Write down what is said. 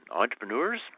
entrepreneurs